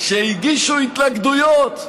שהגישו התנגדויות,